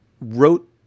wrote